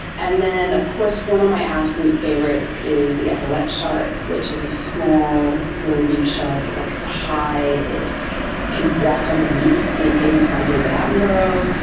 and then of course one of my absolute favourites is the epaulette shark which is a small little reef shark, it likes to hide, it can walk on the reef, made famous by david attenborough,